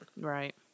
Right